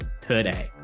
today